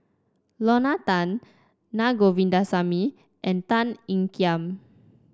Lorna Tan Naa Govindasamy and Tan Ean Kiam